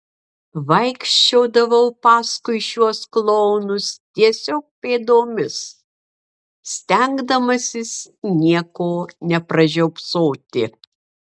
vaikščiodavau paskui šiuos klounus tiesiog pėdomis stengdamasis nieko nepražiopsoti